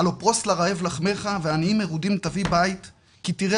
"הלוא פרוס לרעב לחמך ולעניים מרודים תביא בית כי תראה